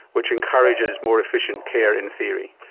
which encourages more efficient care in theory?